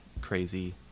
crazy